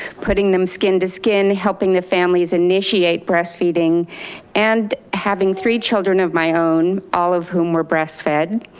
putting them skin to skin, helping the families initiate breastfeeding and having three children of my own, all of whom were breastfed,